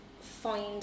find